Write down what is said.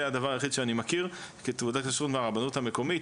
זה הדבר היחיד שאני מכיר כתעודת כשרות מהרבנות המקומית,